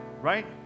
right